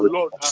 Lord